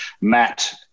Matt